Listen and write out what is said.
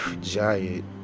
giant